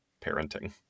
parenting